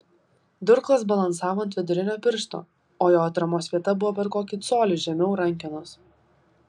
durklas balansavo ant vidurinio piršto o jo atramos vieta buvo per kokį colį žemiau rankenos